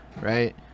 right